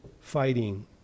fighting